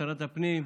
שרת הפנים,